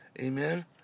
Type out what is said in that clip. Amen